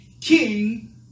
king